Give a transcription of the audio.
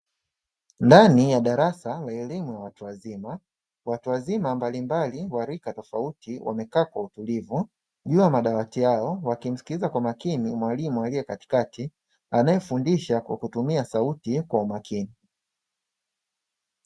Ndani ya darasa la elimu ya watu wazima, watu wazima mbalimbali wa rika tofauti wamekaa kwa utulivu juu ya madawati yao wakimsikiliza kwa makini mwalimu aliye katikati anayefundisha kwa kutumia sauti kwa umakini.